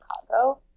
Chicago